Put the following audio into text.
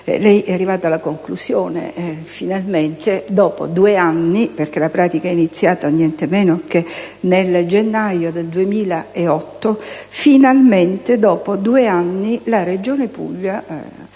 lei arriva alla conclusione dopo due anni, perché la pratica è iniziata niente meno che nel gennaio del 2008, e finalmente, trascorsi due anni, la Regione Puglia